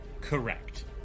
correct